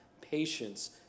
patience